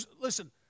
Listen